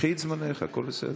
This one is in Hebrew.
קחי את זמנך, הכול בסדר.